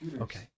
Okay